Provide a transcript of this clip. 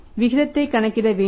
விகிதத்தை கணக்கிட வேண்டும்